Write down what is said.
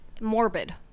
morbid